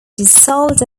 dissolved